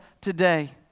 today